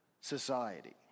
society